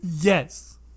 Yes